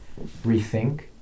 rethink